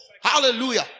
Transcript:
Hallelujah